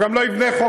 השאלה היא אם זה יהיה,